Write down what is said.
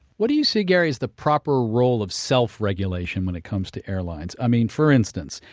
what do you say, gary, is the proper role of self-regulation when it comes to airlines? i mean, for instance,